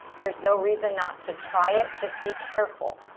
there's no reason not to try it. just be careful.